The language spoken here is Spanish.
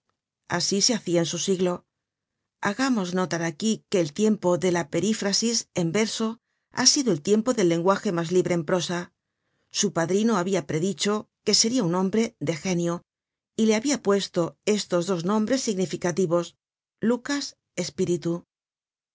asi se hacia en su siglo hagamos notar aquí que el tiempo de las perífrasis en verso ha sido el tiempo del lenguaje mas libre en prosa su padrino liabia predicho que seria un hombre de genio y le liabia puesto estos dos nombres significativos